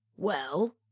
Well